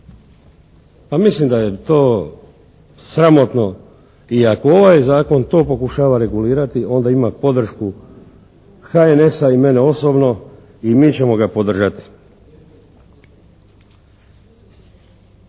pa mislim da je to sramotno i ako ovaj Zakon to pokušava regulirati onda ima podršku HNS-a i mene osobno i mi ćemo ga podržati.